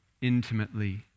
intimately